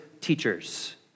teachers